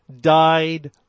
died